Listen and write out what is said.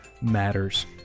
Matters